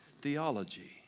theology